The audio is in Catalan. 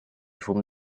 fum